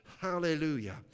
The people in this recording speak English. Hallelujah